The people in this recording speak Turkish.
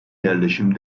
yerleşim